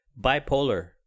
bipolar